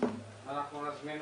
אנחנו נזמין